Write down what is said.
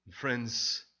Friends